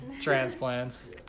Transplants